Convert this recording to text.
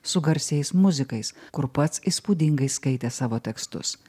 su garsiais muzikais kur pats įspūdingai skaitė savo tekstus